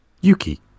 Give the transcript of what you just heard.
Yuki